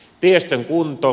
tiestön kunto